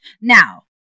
Now